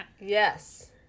Yes